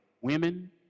women